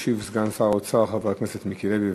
ישיב סגן שר האוצר חבר הכנסת מיקי לוי.